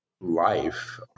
life